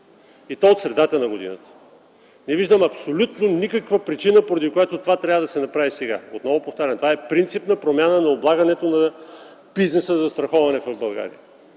става от средата на годината! Не виждам никаква причина, поради която това трябва да се направи сега. Отново повтарям: това е принципна промяна на облагането на бизнеса със застраховането в България.